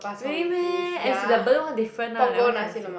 really meh as in the Bedok one different lah that one cannot say